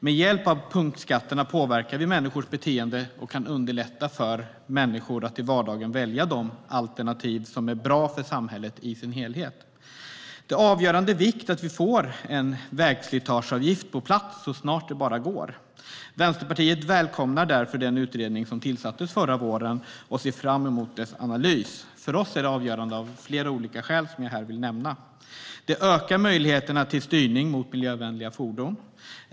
Med hjälp av punktskatterna påverkar vi människors beteende och kan underlätta för människor att i vardagen välja de alternativ som är bra för samhället i dess helhet. Det är av avgörande vikt att vi får en vägslitageavgift på plats så snart det bara går. Vänsterpartiet välkomnar därför den utredning som tillsattes förra våren och ser fram emot dess analys. För oss är det avgörande av flera olika skäl, som jag här vill nämna. Det ökar möjligheterna till styrning mot miljövänliga fordon.